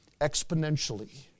Exponentially